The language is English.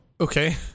Okay